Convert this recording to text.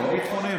לא ביטחוני.